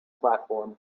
platform